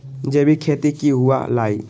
जैविक खेती की हुआ लाई?